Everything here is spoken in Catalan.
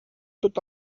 tot